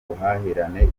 buhahirane